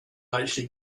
actually